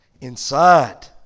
inside